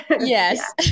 Yes